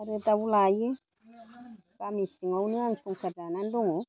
आरो दाउ लायो गामि सिङावनो आं संसार जानानै दङ